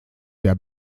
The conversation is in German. der